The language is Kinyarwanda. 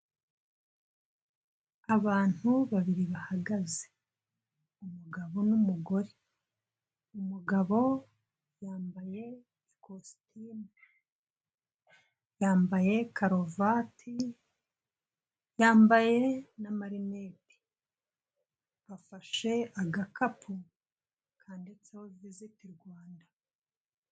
Abantu babiri bahagaze, umugabo n'umugore, umugabo yambaye ikositimu, yambaye karuvati, yambaye n'amarinete, bafashe agakapu kanditseho Visit Rwanda.